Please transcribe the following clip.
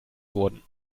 wurden